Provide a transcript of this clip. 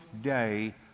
day